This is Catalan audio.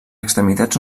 extremitats